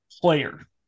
player